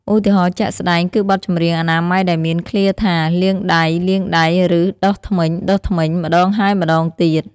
ឧទាហរណ៍ជាក់ស្ដែង គឺបទចម្រៀងអនាម័យដែលមានឃ្លាថា "លាងដៃ... លាងដៃ" ឬ "ដុសធ្មេញ... ដុសធ្មេញ" ម្តងហើយម្តងទៀត។